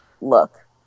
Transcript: look